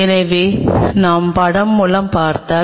எனவே நாம் படம் மூலம் பார்த்தால்